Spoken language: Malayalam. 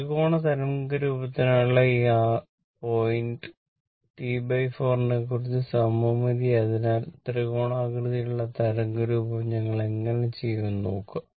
ത്രികോണ തരംഗ രൂപത്തിനായുള്ള ഈ r പോയിന്റ് T4 നെക്കുറിച്ച് സമമിതി ആയതിനാൽ ത്രികോണാകൃതിയിലുള്ള തരംഗരൂപം ഞങ്ങൾ എങ്ങനെ ചെയ്യും എന്ന് നോക്കുക